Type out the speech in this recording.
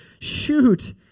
shoot